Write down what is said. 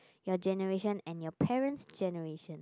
your generation and your parent's generation